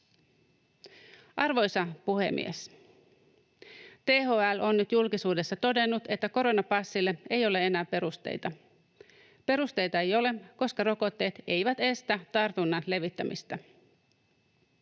Arvoisa puhemies! THL on nyt julkisuudessa todennut, että koronapassille ei ole enää perusteita. Perusteita ei ole, koska rokotteet eivät estä tartunnan levittämistä.